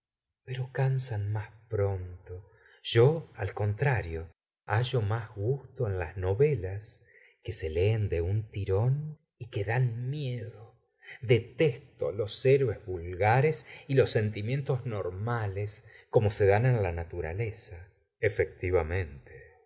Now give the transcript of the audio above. pero cansan más pronto yo al contrario hallo más gusto en las novelas que se leen de un tirón y que dan miedo detesto los héros vulgares y los sentimientos normales como se dan en la naturaleza